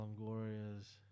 Longoria's